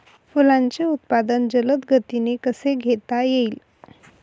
फुलांचे उत्पादन जलद गतीने कसे घेता येईल?